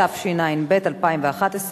התשע"ב 2011,